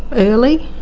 early,